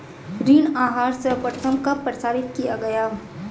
ऋण आहार सर्वप्रथम कब प्रसारित किया गया?